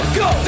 go